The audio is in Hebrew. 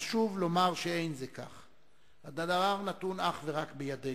חשוב לומר שאין זה כך, והדבר נתון אך ורק בידינו.